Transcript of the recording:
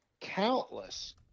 countless